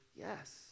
yes